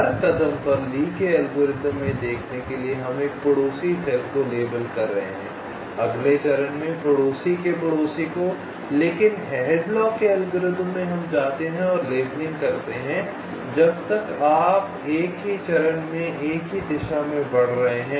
हर कदम पर ली के एल्गोरिथ्म में देखने के लिए हम एक पड़ोसी को लेबल कर रहे हैं अगले चरण में पड़ोसी के पड़ोसी को लेकिन हैडलॉक के एल्गोरिथ्म में हम जाते हैं और लेबलिंग करते हैं जब तक आप एक ही चरण में एक ही दिशा में आगे बढ़ रहे हैं